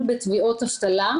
הקורונה הפתיעה את כולנו.